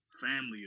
family